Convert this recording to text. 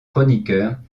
chroniqueurs